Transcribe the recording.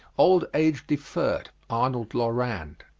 old age deferred, arnold lorand.